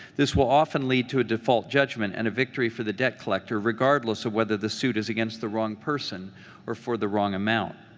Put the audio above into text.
this will often lead to a default judgment and a victory for the debt collector, regardless of whether the suit is against the wrong person or for the wrong amount.